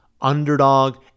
underdog